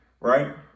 right